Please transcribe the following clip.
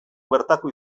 bertako